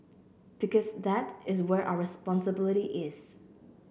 because that is where our responsibility is